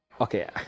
Okay